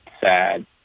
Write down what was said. sad